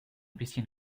bisschen